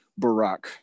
barack